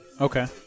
Okay